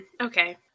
Okay